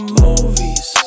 movies